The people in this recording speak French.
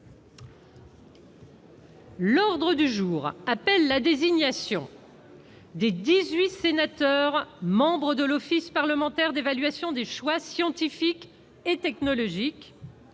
L'ordre du jour appelle la désignation des dix-huit sénateurs membres de l'Office parlementaire d'évaluation des choix scientifiques et technologiques